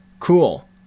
Cool